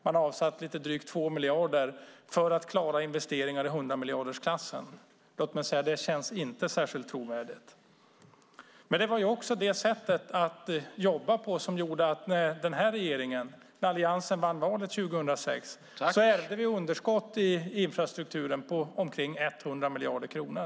Man har avsatt lite drygt 2 miljarder för att klara investeringar i hundramiljardersklassen. Det känns inte särskilt trovärdigt. Det var också det sättet att jobba på som gjorde att när Alliansen vann valet 2006 ärvde alliansregeringen underskott i infrastrukturen på omkring 100 miljarder kronor.